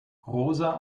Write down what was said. rosa